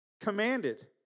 commanded